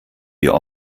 wir